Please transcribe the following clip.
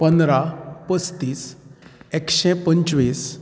पंदरा पस्तीस एकशे पंचवीस